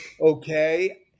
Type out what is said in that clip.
okay